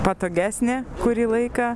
patogesnė kurį laiką